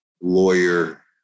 lawyer